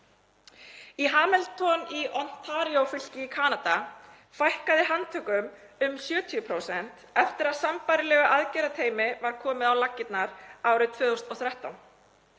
Í Hamilton í Ontario-fylki í Kanada fækkaði handtökum um 70% eftir að sambærilegu aðgerðateymi var komið á laggirnar árið 2013.